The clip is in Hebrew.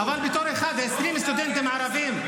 אבל בתור אחד עם 20 סטודנטים ערבים,